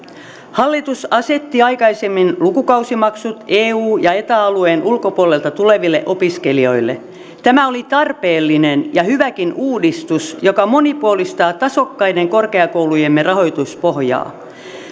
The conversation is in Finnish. hallitus asetti aikaisemmin lukukausimaksut eu ja eta alueen ulkopuolelta tuleville opiskelijoille tämä oli tarpeellinen ja hyväkin uudistus joka monipuolistaa tasokkaiden korkeakoulujemme rahoituspohjaa